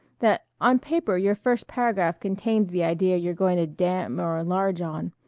that on paper your first paragraph contains the idea you're going to damn or enlarge on.